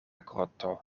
groto